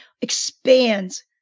expands